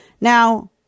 Now